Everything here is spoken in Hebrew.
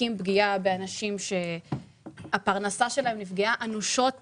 פגיעה באנשים שהפרנסה שלהם נפגעה אנושות